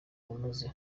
unoze